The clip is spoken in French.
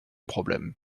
problème